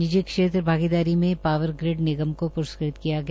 निजी क्षेत्र भागीदारी भागीदारी में पावर ग्रिड निगम को प्रस्कृत किया गया